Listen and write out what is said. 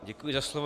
Děkuji za slovo.